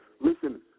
Listen